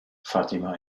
fatima